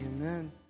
Amen